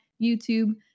YouTube